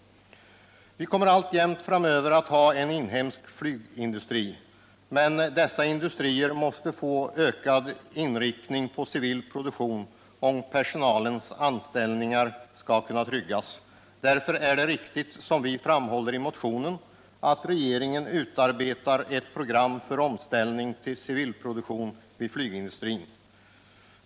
Vi kommer alltjämt framöver att ha en inhemsk flygindustri. Men den måste få en ökad inriktning på civil produktion om personalens anställningar skall kunna tryggas. Därför är det riktigt, som vi framhåller i motionen, att regeringen utarbetar ett program för omställning till civil produktion vid flygindustrin.